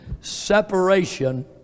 separation